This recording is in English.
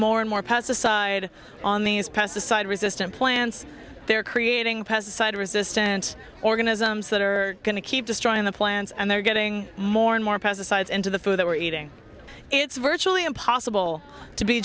more and more pesticide on these pesticide resistant plants they're creating pesticide resistant organisms that are going to keep destroying the plants and they're getting more and more present science into the food that we're eating it's virtually impossible to be